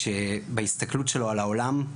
שבהסתכלות שלו על העולם,